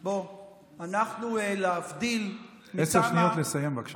אנחנו לא יורדים מהארץ, ראש הממשלה שלך הצביע בעד.